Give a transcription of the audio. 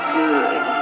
good